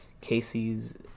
Casey's